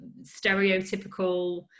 stereotypical